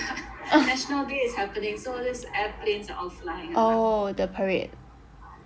national day is happening so all these airplanes are all flying around yeah